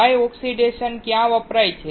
dry oxidation ક્યાં વપરાય છે